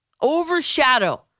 overshadow